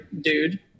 dude